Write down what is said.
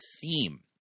theme